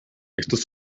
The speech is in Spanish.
estos